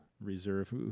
Reserve